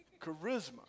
Charisma